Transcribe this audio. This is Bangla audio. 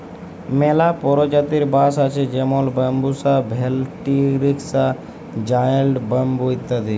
ম্যালা পরজাতির বাঁশ আছে যেমল ব্যাম্বুসা ভেলটিরিকসা, জায়েল্ট ব্যাম্বু ইত্যাদি